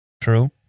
True